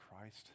Christ